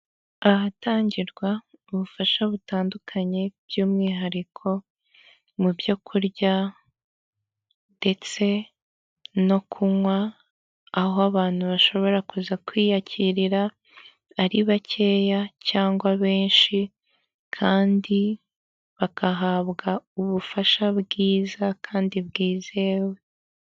Inzu nziza cyane yo gukodeshwa ku kwezi; irimo intebe nziza cyane ndetse haranasa neza, iyi nzu ushobora kuyibona ku madorari "igihumbi magana atanu" yonyine ku kwezi muri Kigali.